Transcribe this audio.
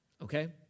okay